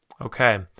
Okay